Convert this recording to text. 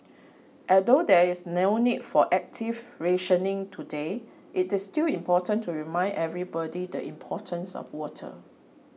although there is no need for active rationing today it is still important to remind everybody the importance of water